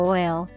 oil